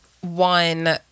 One